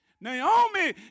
Naomi